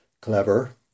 Clever